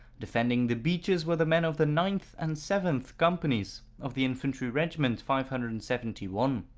defending the beaches were the men of the ninth and seventh companies of the infantry regiment five hundred and seventy one.